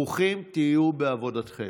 ברוכים תהיו בעבודתכם.